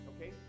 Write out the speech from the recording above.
okay